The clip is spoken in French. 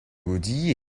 godiller